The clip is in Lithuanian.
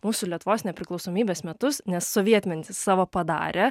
mūsų lietuvos nepriklausomybės metus nes sovietmetis savo padarė